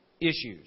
issues